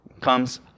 comes